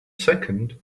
second